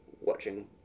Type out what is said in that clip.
watching